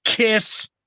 kiss